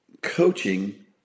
Coaching